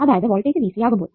അതായത് വോൾടേജ് ആകുമ്പോൾ